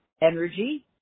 energy